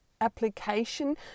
application